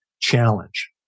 challenge